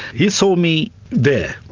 he saw me there.